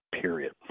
period